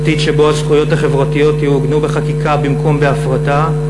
עתיד שבו הזכויות החברתיות יעוגנו בחקיקה במקום בהפרטה,